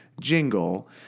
jingle